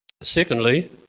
Secondly